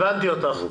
תודה.